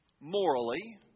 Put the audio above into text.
morally